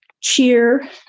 cheer